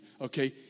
okay